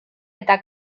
eta